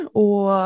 och